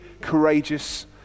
courageous